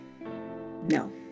no